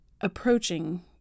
approaching